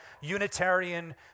Unitarian